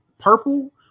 purple